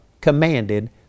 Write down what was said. commanded